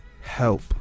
help